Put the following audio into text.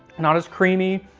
not as creamy